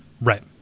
right